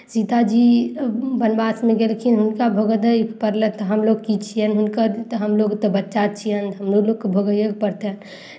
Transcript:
सीताजी बनवासमे गेलखिन हुनका भोगनाय पड़लनि तऽ हमलोग की छियनि हुनकर तऽ हमलोग तऽ बच्चा छियनि हमहूँ लोकके भोगैएके पड़तै